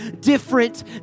different